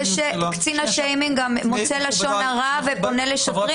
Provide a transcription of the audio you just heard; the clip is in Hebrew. קצין השיימינג מוצא לשון הרע ופונה לשוטרים